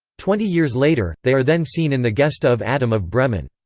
twenty years later, they are then seen in the gesta of adam of bremen.